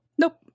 nope